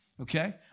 Okay